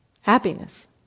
happiness